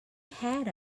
had